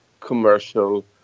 commercial